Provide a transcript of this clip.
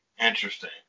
interesting